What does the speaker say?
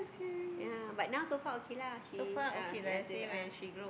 ya but now so far okay lah she a'ah ya ah